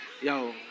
yo